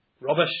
Rubbish